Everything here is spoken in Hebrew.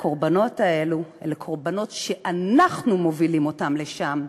והקורבנות האלו הם קורבנות שאנחנו מובילים אותם לשם.